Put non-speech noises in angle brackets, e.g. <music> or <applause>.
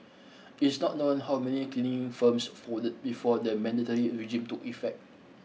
<noise> it is not known how many cleaning firms folded before the mandatory regime took effect